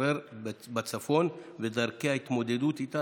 השוררת בצפון ודרכי ההתמודדות איתה,